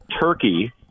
turkey